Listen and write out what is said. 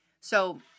So-